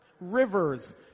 Rivers